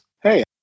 Hey